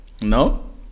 No